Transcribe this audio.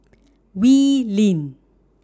Wee Lin